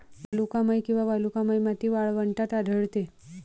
वालुकामय किंवा वालुकामय माती वाळवंटात आढळते